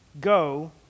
go